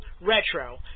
Retro